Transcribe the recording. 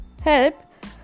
help